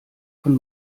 von